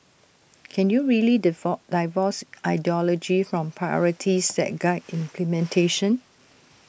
can you really divorce ideology from priorities that guide implementation